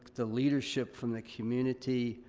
the leadership from the community,